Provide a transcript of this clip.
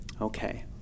Okay